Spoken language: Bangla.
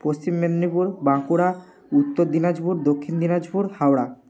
পশ্চিম মেদিনীপুর বাঁকুড়া উত্তর দিনাজপুর দক্ষিণ দিনাজপুর হাওড়া